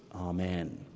Amen